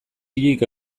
hilik